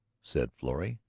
said florrie.